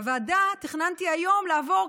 בוועדה תכננתי היום לעבור,